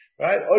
Right